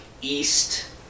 east